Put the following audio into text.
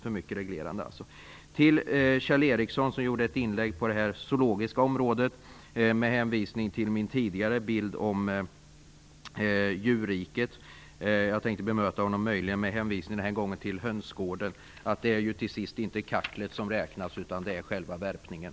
Det finns alltså för mycket reglerande. Kjell Ericsson hade ett inlägg på det zoologiska området med hänvisning till min tidigare bild om djurriket. Jag tänkte bemöta honom och den här gången hänvisa till hönsgården. Det är ju till sist inte kacklet som räknas, utan det är själva värpningen.